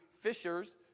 fishers